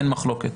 אין מחלוקת.